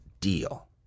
deal